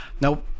Now